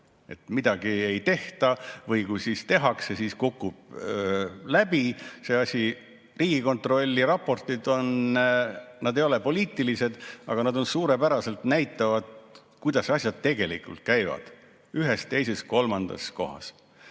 midagi ei tehta või kui tehakse, siis kukub see asi läbi. Riigikontrolli raportid ei ole poliitilised, aga nad suurepäraselt näitavad, kuidas asjad tegelikult käivad ühes, teises, kolmandas kohas.